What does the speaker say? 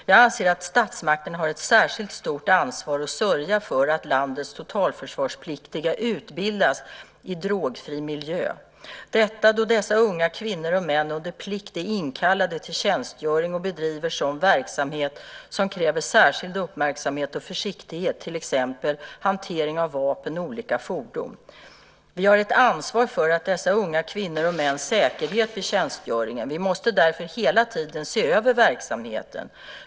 Jag anser att statsmakterna har ett särskilt stort ansvar att sörja för att landets totalförsvarspliktiga utbildas i drogfri miljö - detta då dessa unga kvinnor och män under plikt är inkallade till tjänstgöring och bedriver sådan verksamhet som kräver särskild uppmärksamhet och försiktighet, till exempel hantering av vapen och olika fordon. Vi har ett ansvar för dessa unga kvinnors och mäns säkerhet vid tjänstgöringen. Vi måste därför hela tiden se över verksamheten.